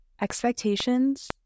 expectations